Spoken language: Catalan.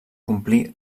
complir